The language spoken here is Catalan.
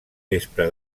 vespre